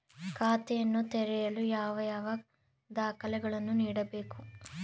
ಖಾತೆಯನ್ನು ತೆರೆಯಲು ಯಾವ ಯಾವ ದಾಖಲೆಗಳನ್ನು ನೀಡಬೇಕು?